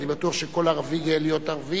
ואני בטוח שכל ערבי גאה להיות ערבי.